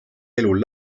elu